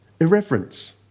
irreverence